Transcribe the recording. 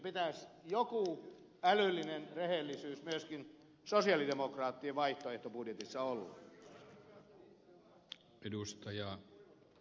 pitäisi joku älyllinen rehellisyys myöskin sosialidemokraattien vaihtoehtobudjetissa olla